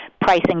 pricing